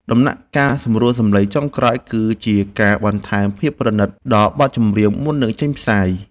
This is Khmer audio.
ដំណាក់កាលសម្រួលសំឡេងចុងក្រោយគឺជាការបន្ថែមភាពប្រណីតដល់បទចម្រៀងមុននឹងចេញផ្សាយ។